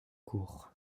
cours